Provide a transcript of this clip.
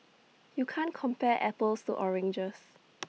you can't compare apples to oranges